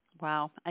Wow